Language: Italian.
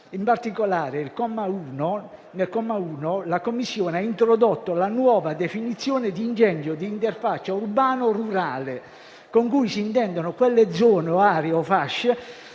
In particolare, nel comma 1 la Commissione ha introdotto la nuova definizione di incendio di interfaccia urbano-rurale, con cui si intende quella tipologia